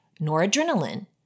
noradrenaline